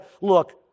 look